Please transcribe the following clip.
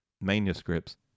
manuscripts